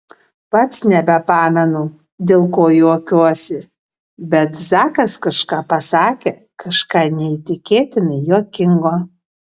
pats nebepamenu dėl ko juokiuosi bet zakas kažką pasakė kažką neįtikėtinai juokingo